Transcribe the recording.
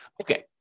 Okay